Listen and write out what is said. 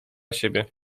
siebie